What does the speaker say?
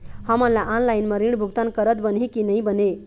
हमन ला ऑनलाइन म ऋण भुगतान करत बनही की नई बने?